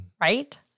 right